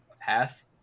path